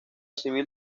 civil